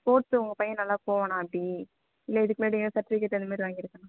sports உங்கள் பையன் நல்லா போவானா ஆன்ட்டி இல்லை இதுக்கு முன்னாடி எங்கேயாது சர்ட்டிவிகேட் அந்தமாரி வாங்கியிருக்கானா